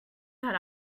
that